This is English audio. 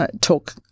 talk